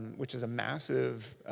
which is a massive